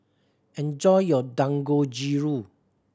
enjoy your Dangojiru